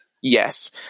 Yes